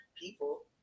people